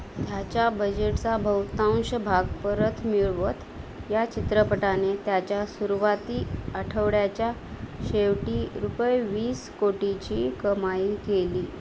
त्याच्या बजेटचा बहुतांश भाग परत मिळवत या चित्रपटाने त्याच्या सुरवाती आठवड्याच्या शेवटी रुपये वीस कोटीची कमाई केली